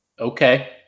Okay